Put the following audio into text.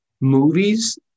movies